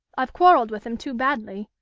i've quarrelled with them too badly.